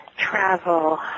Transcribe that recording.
travel